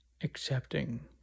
accepting